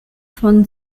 von